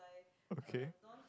okay